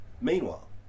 Meanwhile